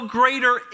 greater